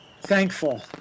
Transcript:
thankful